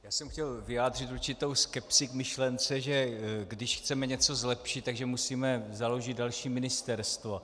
Já jsem chtěl vyjádřit určitou skepsi k myšlence, že když chceme něco zlepšit, tak musíme založit další ministerstvo.